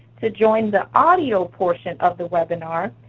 to join the audio portion of the webinar,